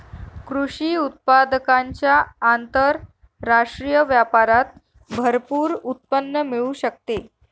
कृषी उत्पादकांच्या आंतरराष्ट्रीय व्यापारात भरपूर उत्पन्न मिळू शकते